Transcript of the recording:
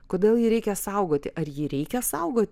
kodėl jį reikia saugoti ar jį reikia saugoti